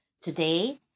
today